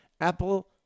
apple